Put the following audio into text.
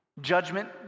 Judgment